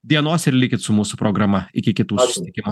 dienos ir likit su mūsų programa iki kitų susitikimų